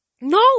No